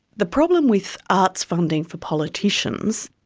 the problem with arts funding for politicians,